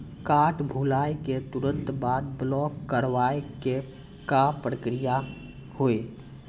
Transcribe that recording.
Card भुलाए के तुरंत बाद ब्लॉक करवाए के का प्रक्रिया हुई?